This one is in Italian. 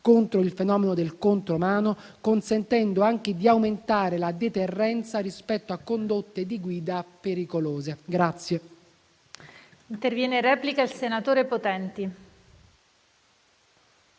contro il fenomeno del contromano, consentendo anche di aumentare la deterrenza rispetto a condotte di guida pericolose.